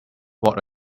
what